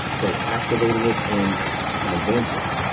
both activating it and and advancing it.